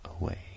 away